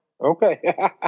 Okay